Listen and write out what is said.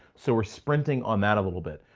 so we're sprinting on that a little bit.